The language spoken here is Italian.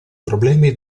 problemi